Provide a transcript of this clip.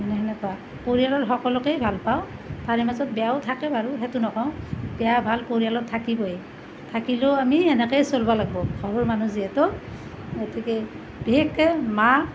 মানে সেনেকুৱা পৰিয়ালৰ সকলোকে ভাল পাওঁ তাৰে মাজত বেয়াও থাকে বাৰু সেইটো নকওঁ বেয়া ভাল পৰিয়ালত থাকিবই থাকিলেও আমি এনেকৈয়ে চলিব লাগিব ঘৰৰ মানুহ যিহেতু গতিকে বিশেষকৈ মা